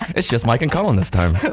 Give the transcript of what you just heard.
it's just mike and colin this time.